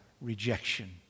rejection